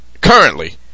currently